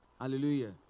Hallelujah